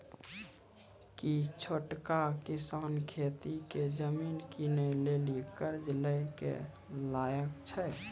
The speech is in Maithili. कि छोटका किसान खेती के जमीन किनै लेली कर्जा लै के लायक छै?